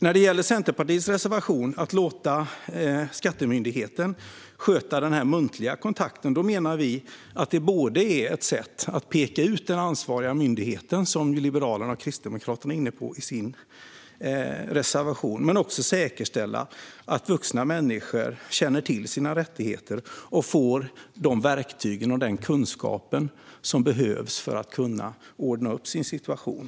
När det gäller Centerpartiets reservation om att låta Skatteverket sköta den muntliga kontakten menar vi att det är ett sätt att peka ut den ansvariga myndigheten, som Liberalerna och Kristdemokraterna är inne på i sin reservation, men också att säkerställa att vuxna människor känner till sina rättigheter och får de verktyg och den kunskap som behövs för att kunna ordna upp sin situation.